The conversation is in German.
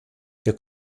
wir